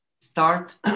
start